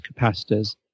capacitors